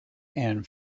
and